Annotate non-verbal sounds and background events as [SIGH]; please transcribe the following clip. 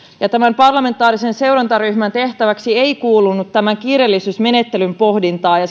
parlamentaarisen seurantaryhmän tehtävään ei kuulunut kiireellisyysmenettelyn pohdinta ja [UNINTELLIGIBLE]